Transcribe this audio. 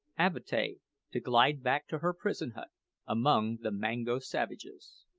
avatea to glide back to her prison-hut among the mango savages.